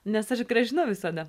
nes aš grąžinu visada